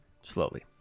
Slowly